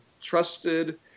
trusted